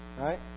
right